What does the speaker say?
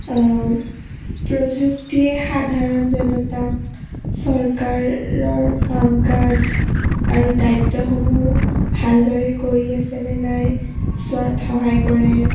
প্ৰযুক্তিয়ে সাধাৰণ জনতাক চৰকাৰৰ কাম কাজ আৰু দায়িত্বসমূহ ভালদৰে কৰি আছেনে নে নাই চোৱাত সহায় কৰে